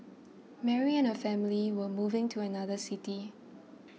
Mary and her family were moving to another city